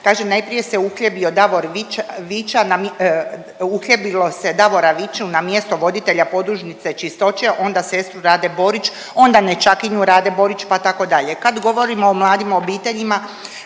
Vića, Vića, uhljebilo se Davora Viću na mjesto voditelja Podružnice Čistoće, onda sestru Rade Borić, onda nećakinju Rade Borić, pa tako dalje. Kad govorimo o mladim obiteljima